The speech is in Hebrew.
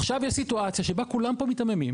עכשיו יש סיטואציה שבה כולם פה מיתממים